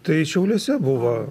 tai šiauliuose buvo